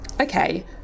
okay